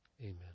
amen